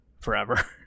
forever